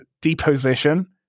deposition